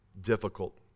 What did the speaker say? difficult